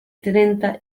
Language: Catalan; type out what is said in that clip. trenta